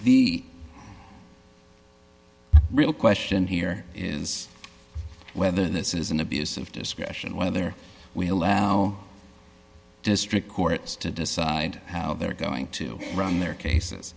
the real question here is whether this is an abuse of discretion whether we allow district courts to decide how they're going to run their cases